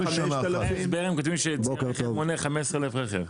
ההסבר הם אומרים שצי הרכב מונה 15,000 רכב.